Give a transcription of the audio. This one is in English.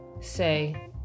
say